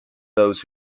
those